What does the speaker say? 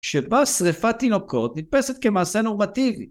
‫שבה שריפת תינוקות נתפסת ‫כמעשה נורמטיבי.